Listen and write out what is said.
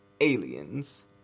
aliens